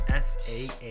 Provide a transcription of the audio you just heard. SAA